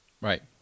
Right